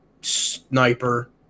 sniper